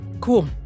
Cool